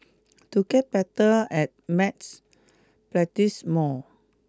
to get better at math practise more